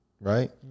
Right